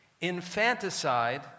infanticide